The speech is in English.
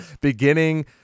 beginning